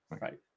Right